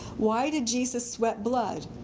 why did jesus sweat blood?